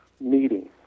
meeting